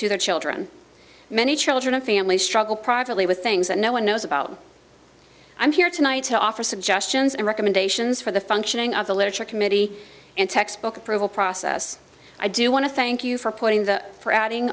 to their children many children and families struggle privately with things that no one knows about i'm here tonight to offer suggestions and recommendations for the functioning of the literature committee and textbook approval process i do want to thank you for putting the for adding